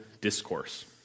discourse